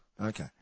Okay